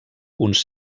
uns